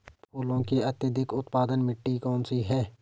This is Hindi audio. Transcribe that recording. फूलों की अत्यधिक उत्पादन मिट्टी कौन सी है?